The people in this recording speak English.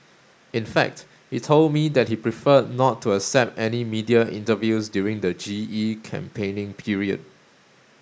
in fact he told me that he preferred not to accept any media interviews during the G E campaigning period